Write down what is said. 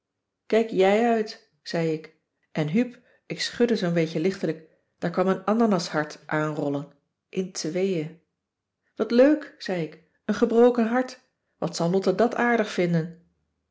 kijk jij uit zei ik en huup ik schudde zoo'n beetje lichtelijk daar kwam een ananashart aanrollen in tweeën wat leuk zei ik een gebroken hart wat zal lotte dat aardig vinden